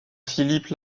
philippe